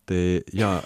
tai jo